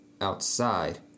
outside